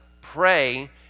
pray